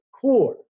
core